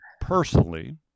personally